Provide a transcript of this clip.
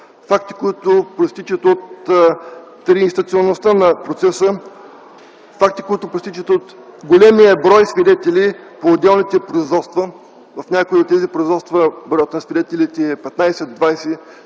Факти, които произтичат от триинстанционносстта на процеса, факти, които произтичат от големия брой свидели по отделните производства. В някои от тези производства броят на свидетелите е 15-20.